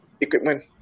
equipment